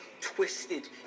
twisted